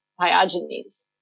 pyogenes